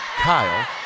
Kyle